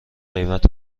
قیمت